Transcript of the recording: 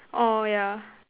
oh yeah